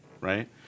right